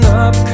up